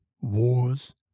wars